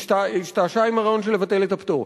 השתעשעה עם הרעיון לבטל את הפטור.